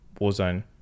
Warzone